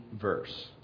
verse